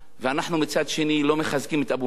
ואנחנו, מצד שני, לא מחזקים את אבו מאזן,